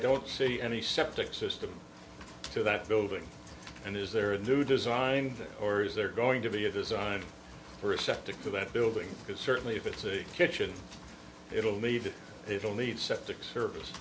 don't see any septic system to that building and is there a new design or is there going to be a design for a septic to that building because certainly if it's a kitchen it'll need it'll need septic service